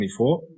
24